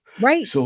Right